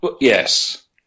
Yes